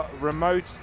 remote